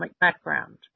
background